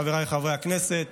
חבריי חברי הכנסת,